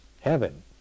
heaven